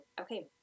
okay